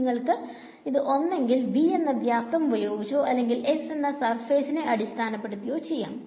നിങ്ങൾക്കിത് ഒന്നെങ്കിൽ V എന്ന വ്യാപ്തം ഉപയോഗിച്ചോ അല്ലെങ്കിൽ S എന്ന സർഫേസ് നെ അടിസ്ഥാനപെടുത്തിയോ ചെയ്യാം